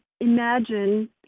imagine